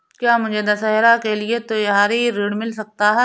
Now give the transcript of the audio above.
क्या मुझे दशहरा के लिए त्योहारी ऋण मिल सकता है?